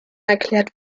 erklärt